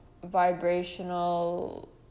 vibrational